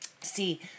See